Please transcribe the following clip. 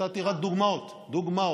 נתתי רק דוגמאות, דוגמאות.